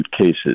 cases